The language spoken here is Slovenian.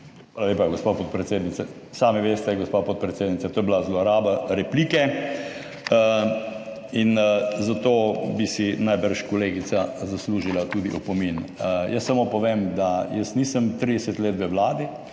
Hvala lepa, gospa podpredsednica. Sami veste, gospa podpredsednica, da je bila to zloraba replike, zato bi si najbrž kolegica zaslužila tudi opomin. Jaz samo povem, da jaz nisem 30 let v Vladi.